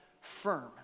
firm